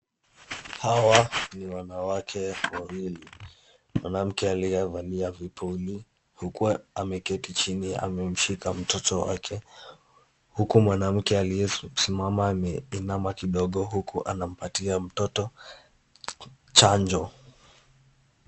Hawa ni wanawake wawili. Mwanamke aliyevalia vipuli huku ameketi chini amemshika mtoto wake huku mwanamke aliyesimama ameinama kidogo huku anampatia mtoto chanjo.